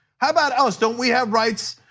how about us? don't we have rights?